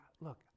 look